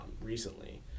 recently